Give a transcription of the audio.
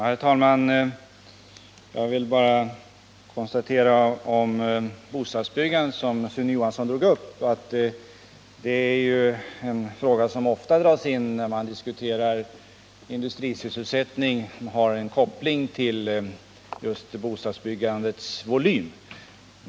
Herr talman! Jag vill bara beträffande bostadsbyggandet som nämndes av Sune Johansson, konstatera att det är en fråga som ofta tas upp när man diskuterar industrisysselsättningen, som har en koppling till bostadsbyggandets volym.